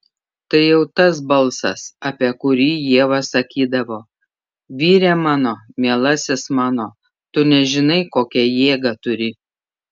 tai jau tas balsas apie kurį ieva sakydavo vyre mano mielasis mano tu nežinai kokią jėgą turi